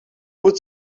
would